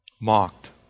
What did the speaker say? mocked